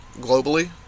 globally